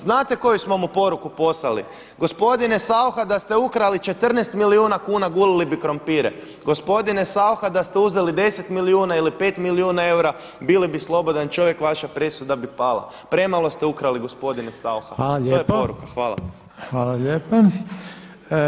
Znate koju smo mu poruku poslali, gospodine Saucha da ste ukrali 14 milijuna kuna gulili bi krumpire, gospodine Saucha da ste uzeli 10 milijuna ili 5 milijuna eura bili bi slobodan čovjek, vaša presuda bi pala, premalo ste ukrali gospodine Saucha.